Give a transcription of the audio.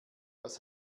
was